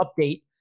update